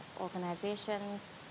organizations